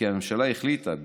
כי הממשלה החליטה,